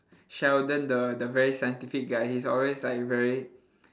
sheldon the the very scientific guy he's always like very